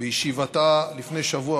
בישיבתה לפני שבוע,